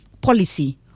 policy